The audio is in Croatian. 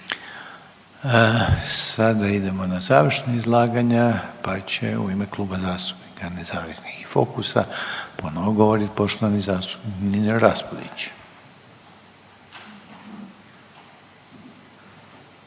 Sada idemo na završna izlaganja pa će u ime Kluba zastupnika nezavisnih i Fokusa, ponovno govoriti poštovani zastupnik Nino Raspudić.